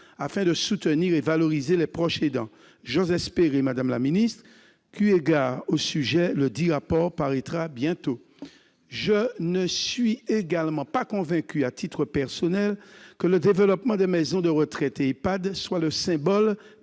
afin de soutenir et de valoriser les proches aidants. J'ose espérer, madame la secrétaire d'État, que, eu égard au sujet, ledit rapport paraîtra bientôt. Je ne suis pas non plus convaincu, à titre personnel, que le développement des maisons de retraite et des EHPAD soit le symbole